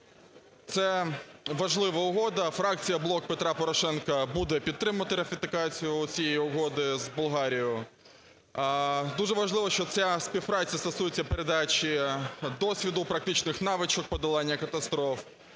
це важлива угода. Фракція "Блок Петра Порошенка" буде підтримувати ратифікацію цієї угоди з Болгарією. Дуже важливо, що ця співпраця стосується передачі досвіду, практичних навичок подолання катастроф.